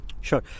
sure